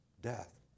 death